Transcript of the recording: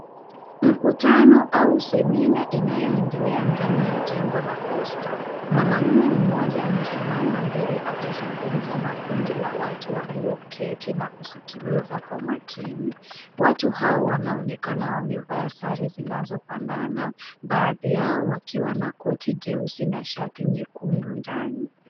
Mkutano au semina inayo endelea ndani ya jengo la posta. Mwanaume mmoja amesimama akizungumza na kundi la watu walio keti na kusikiliza kwa makini. Watu hawa wanaonekana